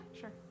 sure